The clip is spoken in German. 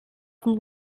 dem